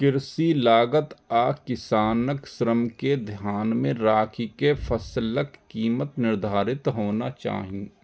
कृषि लागत आ किसानक श्रम कें ध्यान मे राखि के फसलक कीमत निर्धारित होना चाही